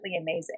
amazing